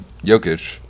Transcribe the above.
Jokic